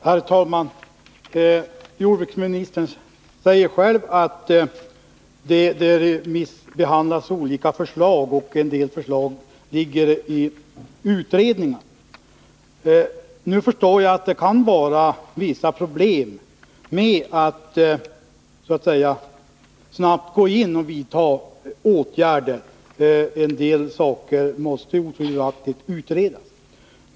Herr talman! Jordbruksministern säger att vissa förslag remissbehandlas och att en del frågor är föremål för utredningar. Jag förstår att det kan vara vissa problem förknippade med att snabbt vidta åtgärder— en del saker måste otvivelaktigt utredas.